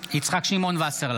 יצחק שמעון וסרלאוף,